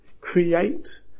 create